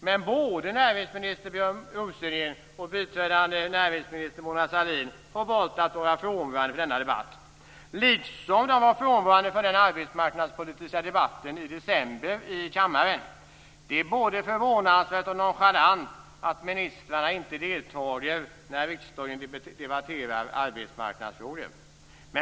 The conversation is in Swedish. Men både näringsminister Björn Rosengren och biträdande näringsminister Mona Sahlin har valt att vara frånvarande från denna debatt, liksom de var frånvarande från den arbetsmarknadspolitiska debatten i december i kammaren. Det är både förvånansvärt och nonchalant att ministrarna inte deltar när riksdagen debatterar arbetsmarknadsfrågor.